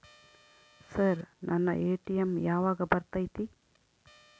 Sir ನನ್ನ ATM ಯಾವಾಗ ಬರತೈತಿ?